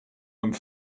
and